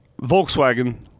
Volkswagen